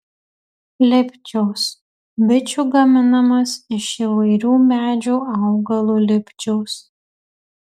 lipčiaus bičių gaminamas iš įvairių medžių augalų lipčiaus